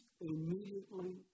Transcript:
immediately